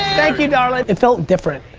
thank you darling. it felt different.